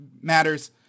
matters